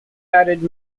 added